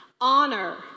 Honor